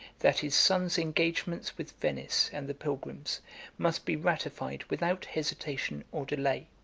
that his son's engagements with venice and the pilgrims must be ratified without hesitation or delay.